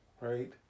right